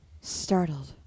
startled